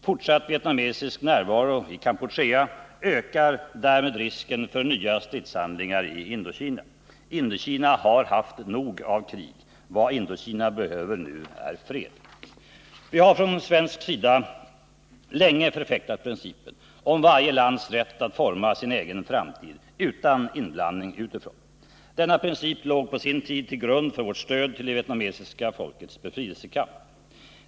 Fortsatt vietnamesisk närvaro i Kampuchea ökar därmed risken för nya stridshandlingar i Indokina. Indokina har haft nog av krig. Vad Indokina behöver nu är fred. Vi har från svensk sida länge förfäktat principen om varje lands rätt att forma sin egen framtid utan inblandning utifrån. Denna princip låg på sin tid till grund för vårt stöd till det vietnamesiska folkets befrielsekamp.